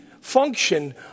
function